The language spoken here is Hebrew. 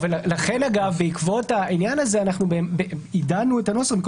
לכן בעקבות העניין הזה עידנו את הנוסח ובמקום